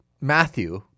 Matthew